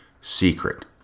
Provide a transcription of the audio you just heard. secret